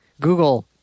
Google